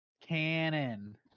Cannon